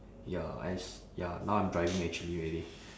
ya as ya now I'm driving actually already